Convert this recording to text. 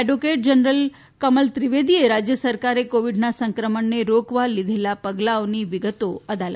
advocate general Kamal ત્રિવેદીએ રાજ્ય સરકારે કોવિડના સંક્રમણને રોકવા લીધેલા પગલા અંગેની વિગતો આપી હતી